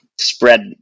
spread